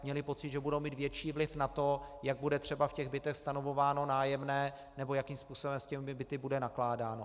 Měli pocit, že budou mít větší vliv na to, jak bude třeba v bytech stanovováno nájemné nebo jakým způsobem s těmi byty bude nakládáno.